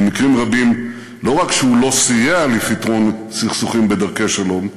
ובמקרים רבים לא רק שהוא לא סייע לפתרון סכסוכים בדרכי שלום,